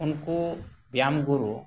ᱩᱱᱠᱩ ᱵᱮᱭᱟᱢ ᱜᱩᱨᱩ